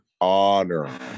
honor